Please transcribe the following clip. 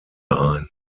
ein